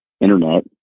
internet